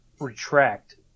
retract